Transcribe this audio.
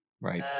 right